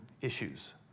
issues